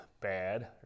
bad